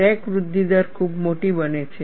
crack વૃદ્ધિ દર ખૂબ મોટી બને છે